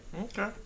Okay